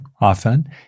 often